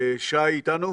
שי איתנו?